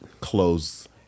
close